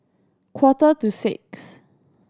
quarter to six